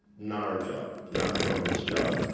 not our job, not the government's job.